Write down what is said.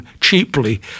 Cheaply